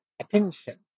attention